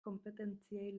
konpetentziei